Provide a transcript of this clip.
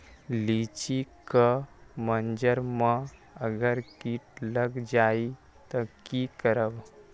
लिचि क मजर म अगर किट लग जाई त की करब?